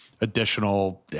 additional